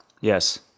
yes